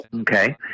Okay